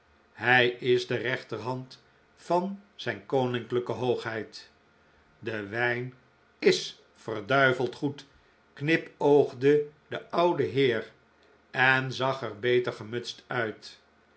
hij is de rechterhand van zijn koninklijke hoogheid de wijn is verduiveld goed knipoogde de ouwe heer en zag er beter gemutst uit